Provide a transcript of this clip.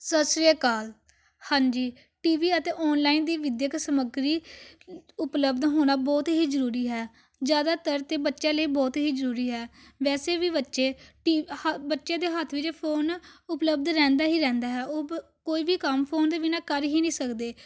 ਸਤਿ ਸ਼੍ਰੀ ਅਕਾਲ ਹਾਂਜੀ ਟੀ ਵੀ ਅਤੇ ਔਨਲਾਈਨ ਦੀ ਵਿੱਦਿਅਕ ਸਮੱਗਰੀ ਉਪਲੱਬਧ ਹੋਣਾ ਬਹੁਤ ਹੀ ਜ਼ਰੂਰੀ ਹੈ ਜ਼ਿਆਦਾਤਰ ਤਾਂ ਬੱਚਿਆਂ ਲਈ ਬਹੁਤ ਹੀ ਜ਼ਰੂਰੀ ਹੈ ਵੈਸੇ ਵੀ ਬੱਚੇ ਟੀ ਹੱ ਦੇ ਹੱਥ ਵਿੱਚ ਫੋਨ ਉਪਲੱਬਧ ਰਹਿੰਦਾ ਹੀ ਰਹਿੰਦਾ ਹੈ ਉਪ ਕੋਈ ਵੀ ਕੰਮ ਫੋਨ ਦੇ ਬਿਨਾਂ ਕਰ ਹੀ ਨਹੀਂ ਸਕਦੇ